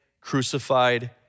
crucified